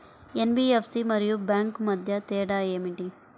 NBFC మరియు bank మధ్య తేడా ఏమిటి?